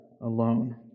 alone